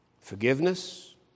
Forgiveness